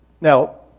Now